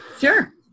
sure